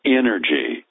energy